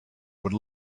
would